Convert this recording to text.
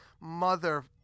mother